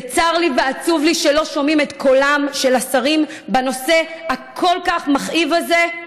צר לי ועצוב לי שלא שומעים את קולם של השרים בנושא הכל-כך מכאיב הזה.